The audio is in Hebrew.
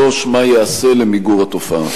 3. מה ייעשה למיגור התופעה?